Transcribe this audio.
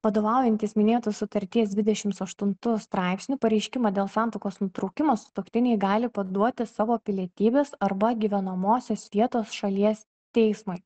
vadovaujantis minėtos sutarties dvidešims aštuntu straipsniu pareiškimą dėl santuokos nutraukimo sutuoktiniai gali paduoti savo pilietybės arba gyvenamosios vietos šalies teismui